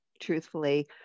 truthfully